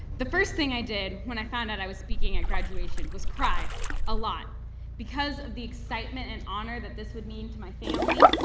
the first thing i did when i found out i was speaking at graduation was cry a lot because of the excitement and honor that this would mean to my family.